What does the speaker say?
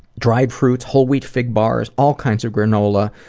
dried fruits, whole-wheat fig bars, all kinds of granola.